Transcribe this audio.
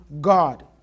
God